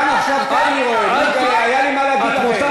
וגם עכשיו --- אבל לו אתה נותן